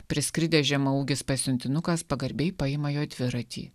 priskridęs žemaūgis pasiuntinukas pagarbiai paima jo dviratį